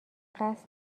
قصد